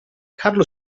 carlo